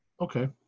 Okay